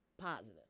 positive